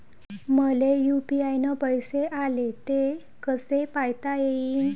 मले यू.पी.आय न पैसे आले, ते कसे पायता येईन?